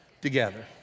together